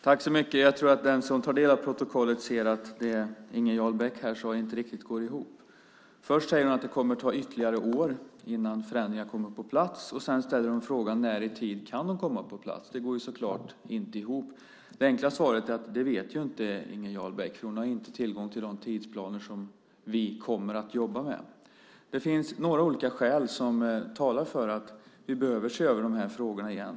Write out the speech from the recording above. Fru talman! Jag tror att den som tar del av protokollet kommer att se att det Inger Jarl Beck här sade inte riktigt går ihop. Först sade hon att det kommer att ta flera år innan förändringar kommer på plats, och sedan frågar hon när de i tid kan komma på plats. Det går så klart inte ihop. Det enkla svaret är att Inger Jarl Beck inte vet det eftersom hon inte har tillgång till de tidsplaner vi kommer att jobba med. Det finns några olika skäl som talar för att vi behöver se över frågorna igen.